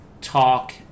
talk